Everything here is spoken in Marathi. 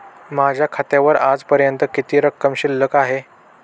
माझ्या खात्यावर आजपर्यंत किती रक्कम शिल्लक आहे?